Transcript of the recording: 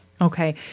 Okay